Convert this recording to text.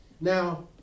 Now